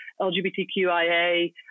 LGBTQIA